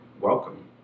welcome